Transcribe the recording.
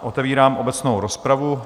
Otevírám obecnou rozpravu.